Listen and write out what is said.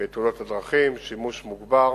בתאונות הדרכים, שימוש מוגבר